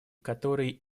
которые